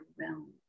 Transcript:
realm